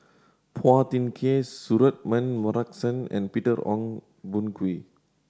Phua Thin Kiay Suratman Markasan and Peter Ong Boon Kwee